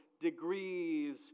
degrees